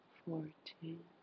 fourteen